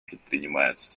предпринимаются